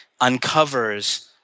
uncovers